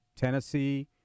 tennessee